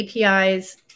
APIs